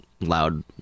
loud